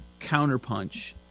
counterpunch